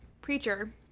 preacher